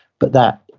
but that,